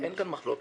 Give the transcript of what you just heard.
אין כאן מחלוקת.